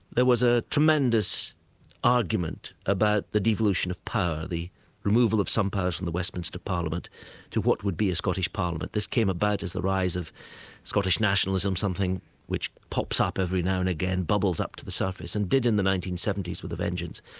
there was a tremendous argument about the devolution of power, the removal of some powers from and the westminster parliament to what would be a scottish parliament. this came about as the rise of scottish nationalism, something which pops up every now and again, bubbles up to the surface, and did in the nineteen seventy s with a vengeance.